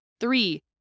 Three